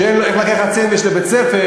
שאין להם סנדוויץ' לקחת לבית-הספר,